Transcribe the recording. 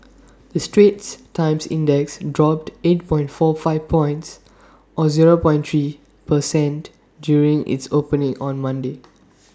the straits times index dropped eight point four five points or zero three per cent during its opening on Monday